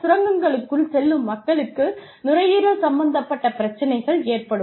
சுரங்கங்களுக்குள் செல்லும் மக்களுக்கு நுரையீரல் சம்பந்தப்பட்ட பிரச்சினைகள் ஏற்படும்